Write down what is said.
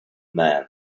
man